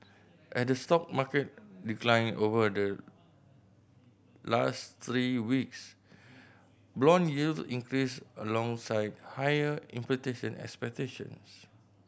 as the stock market declined over the last three weeks brown yields increased alongside higher expectations